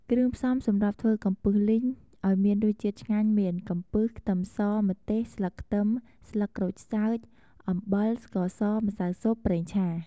គ្រឿងផ្សំំសម្រាប់ធ្វើកំពឹសលីងឱ្យមានរសជាតិឆ្ងាញ់មាន កំពឹស ខ្ទឹមស ម្ទេស ស្លឹកខ្ទឹម ស្លឹកក្រូចសើច អំបិល ស្ករស ម្សៅស៊ុប ប្រេងឆា។